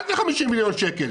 מה זה 50 מיליון שקל?